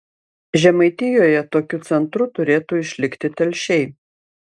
žemaitijoje tokiu centru turėtų išlikti telšiai